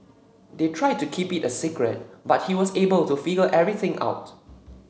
they tried to keep it a secret but he was able to figure everything out